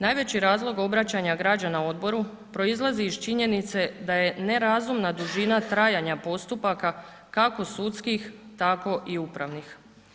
Najveći razlog obraćanja građana odboru proizlazi iz činjenice da je nerazumna dužina trajanja postupka, kako sudskih tako i upravnih.